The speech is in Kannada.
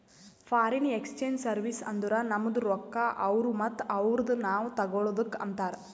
ಫಾರಿನ್ ಎಕ್ಸ್ಚೇಂಜ್ ಸರ್ವೀಸ್ ಅಂದುರ್ ನಮ್ದು ರೊಕ್ಕಾ ಅವ್ರು ಮತ್ತ ಅವ್ರದು ನಾವ್ ತಗೊಳದುಕ್ ಅಂತಾರ್